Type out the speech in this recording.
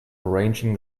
arranging